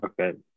Okay